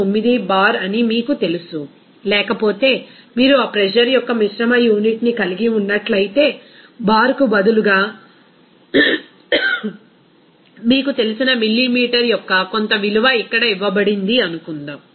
9 bar అని మీకు తెలుసు లేకపోతే మీరు ఆ ప్రెజర్ యొక్క మిశ్రమ యూనిట్ని కలిగి ఉన్నట్లయితే బార్కు బదులుగా మీకు తెలిసిన మిల్లీమీటర్ యొక్క కొంత విలువ ఇక్కడ ఇవ్వబడింది అనుకుందాం